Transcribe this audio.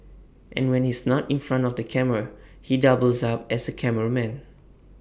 and when he's not in front of the camera he doubles up as A cameraman